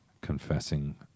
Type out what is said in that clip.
confessing